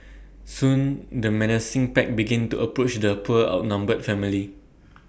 soon the menacing pack begin to approach the poor outnumbered family